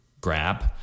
grab